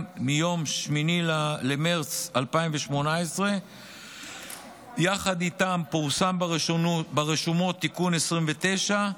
מיום 8 במרץ 2018. יחד איתו פורסם ברשומות תיקון מס' 29,